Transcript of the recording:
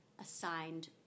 assigned